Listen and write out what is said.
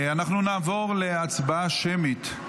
אנחנו נעבור להצבעה שמית.